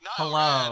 hello